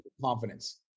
confidence